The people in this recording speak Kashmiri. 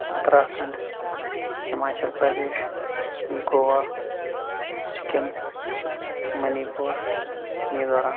اُتراکھنٛڈ ہِماچَل پرٛدیش گووا سِکِم مٔنی پوٗر میٖزورام